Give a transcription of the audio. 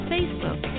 Facebook